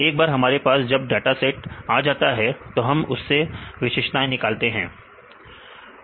एक बार हमारे पास जब डाटा सेट आ जाता है तो हम उसमें से विशेषताएं निकालते हैं